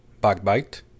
backbite